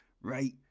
right